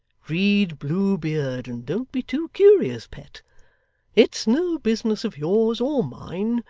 read blue beard, and don't be too curious, pet it's no business of yours or mine,